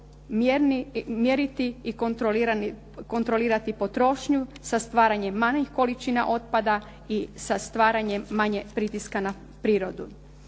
mjeriti i kontrolirati potrošnju sa stvaranjem manjih količina otpada i sa stvaranjem manje pritiska na prirodu.